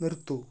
നിർത്തൂ